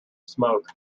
smoke